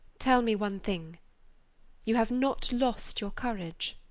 tell me one thing you have not lost your courage?